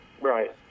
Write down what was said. Right